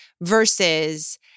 versus